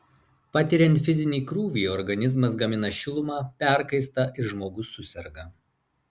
patiriant fizinį krūvį organizmas gamina šilumą perkaista ir žmogus suserga